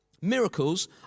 Miracles